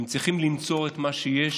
הם צריכים לנצור את מה שיש